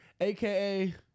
Aka